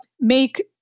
make